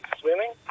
swimming